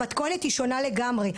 המתכונת היא שונה לגמרי.